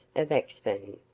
of axphain,